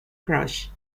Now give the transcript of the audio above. crush